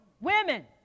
Women